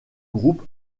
groupe